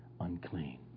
unclean